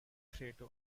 cretu